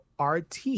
RT